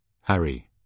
Harry